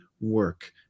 work